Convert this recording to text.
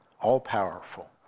all-powerful